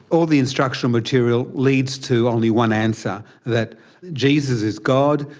all the instructional material leads to only one answer that jesus is god,